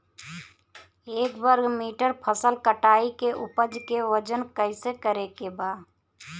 एक वर्ग मीटर फसल कटाई के उपज के वजन कैसे करे के बा?